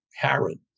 parent